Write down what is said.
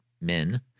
men